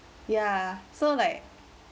ya so like